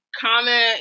comment